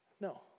No